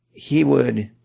he would